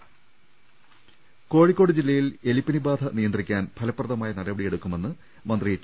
അർപ്പെട്ടറി കോഴിക്കോട് ജില്ലയിൽ ഇനി എലിപ്പനി ബാധ നിയന്ത്രിക്കാൻ ഫലപ്രദ മായ നടപടിയെടുക്കണമെന്ന് മന്ത്രി ടി